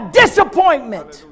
disappointment